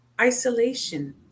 isolation